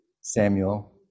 Samuel